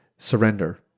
surrender